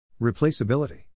Replaceability